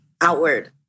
outward